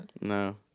no